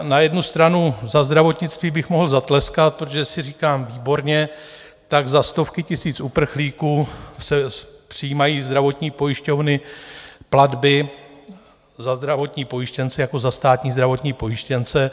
Na jednu stranu za zdravotnictví bych mohl zatleskat, protože si říkám výborně, tak za stovky tisíc uprchlíků přijímají zdravotní pojišťovny platby za zdravotní pojištěnce jako za státní zdravotní pojištěnce.